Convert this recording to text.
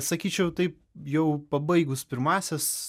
sakyčiau taip jau pabaigus pirmąsias